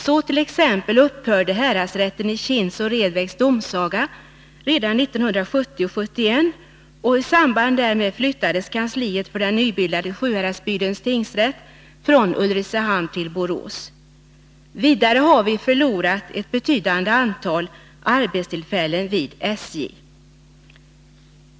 Så t.ex. upphörde häradsrätten i Kinds och Redvägs domsaga redan vid årsskiftet 1970-1971, och i samband därmed flyttades kansliet för den nybildade Sjuhäradsbygdens tingsrätt från Ulricehamn till Borås. Vidare har vi förlorat ett betydande antal arbetstillfällen vid SJ.